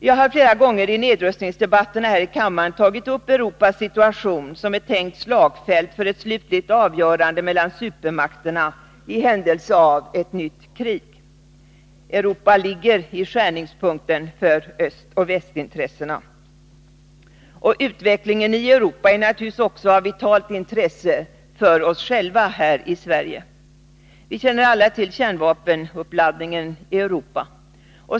Jag har flera gånger i nedrustningsdebatter här i kammaren pekat på Europas situation — på Europa som ett tänkt slagfält för ett slutligt avgörande mellan supermakterna i händelse av ett nytt krig. Europa ligger ju i skärningspunkten för öst-väst-intressena. Utvecklingen i Europa är naturligtvis också av vitalt intresse för oss här i Sverige. Vi känner alla till kärnvapenuppladdningen i Europa.